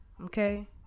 okay